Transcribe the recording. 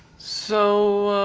so, ah,